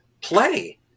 play